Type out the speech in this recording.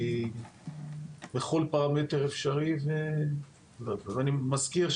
בכל פרמטר אפשרי ואני מזכיר,